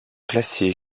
classé